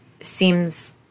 seems